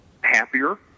happier